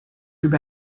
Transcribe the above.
über